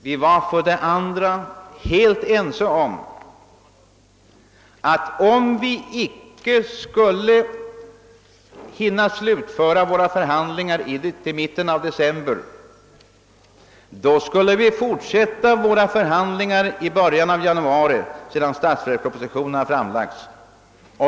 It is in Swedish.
Vi var för det andra helt ense om att om vi icke skulle hinna slutföra våra förhandlingar till mitten av december, skulle vi fortsätta dem i början av januari sedan statsverkspropositionen framlagts.